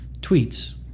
tweets